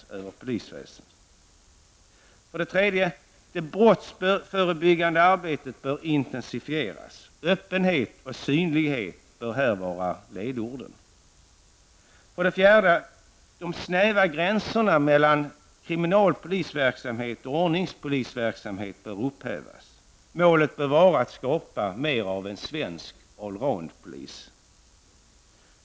För det tredje bör det brottsförebyggande arbetet intensifieras. Öppenhet och synlighet bör här vara ledorden. För det fjärde bör de snäva gränserna mellan kriminalpolisverksamhet och ordningspolisverksamhet upphävas. Målet bör vara att skapa mera av en svensk allroundpolis.